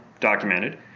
documented